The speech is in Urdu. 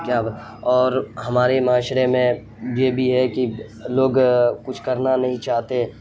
کیا اور ہمارے معاشرے میں یہ بھی ہے کہ لوگ کچھ کرنا نہیں چاہتے